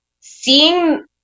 seeing